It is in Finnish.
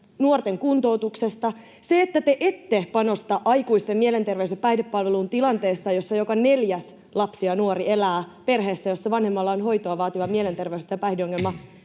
nuorten kuntoutuksesta, tai se, että te ette panosta aikuisten mielenterveys- ja päihdepalveluihin tilanteessa, jossa joka neljäs lapsi ja nuori elää perheessä, jossa vanhemmalla on hoitoa vaativa mielenterveys- tai päihdeongelma,